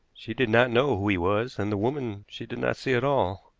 she did not know who he was, and the woman she did not see at all.